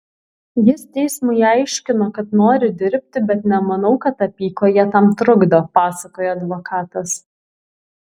jis teismui aiškino kad nori dirbti bet nemanau kad apykojė tam trukdo pasakojo advokatas